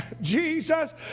Jesus